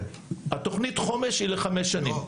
תוכנית החומש היא לחמש שנים,